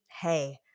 hey